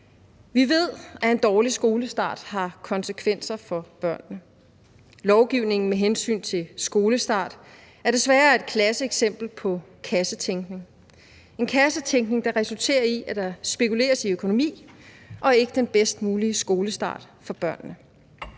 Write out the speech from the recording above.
Vi ved, at en dårlig skolestart har konsekvenser for børnene. Lovgivningen med hensyn til skolestart er desværre et klasseeksempel på kassetænkning – en kassetænkning, der resulterer i, at der spekuleres i økonomi og ikke den bedst mulige skolestart for børnene.